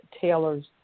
Taylor's